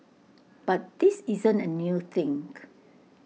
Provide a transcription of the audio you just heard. but this isn't A new thing